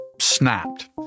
snapped